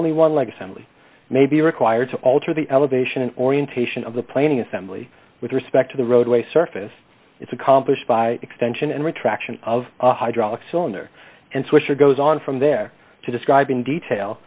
only one leg assembly may be required to alter the elevation and orientation of the planing assembly with respect to the roadway surface is accomplished by extension and retraction of a hydraulic cylinder and swisher goes on from there to describe in detail